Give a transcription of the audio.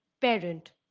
Parent